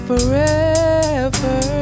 forever